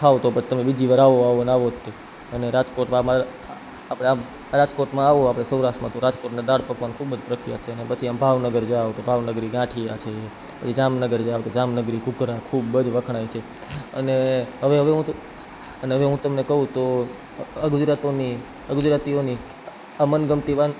ખાવ તો પછી તમે બીજીવાર આવો આવો ને આવો તે અને રાજકોટમાં આપણે આમ રાજકોટમાં આવો આપણે સૌરાષ્ટ્રમાં તો રાજકોટમાં દાળ પકવાન ખૂબ જ પ્રખ્યાત છે અને પછી આમ ભાવનગર જાવ તો ભાવનગરી ગાંઠિયા છે પછી જામનગર જાવ તો જામનગરી ઘૂઘરા ખૂબ જ વખણાય છે હવે હવે હુંતો અને હવે હું તમને કહું તો ગુજરાતીઓની ગુજરાતીઓની મનગમતી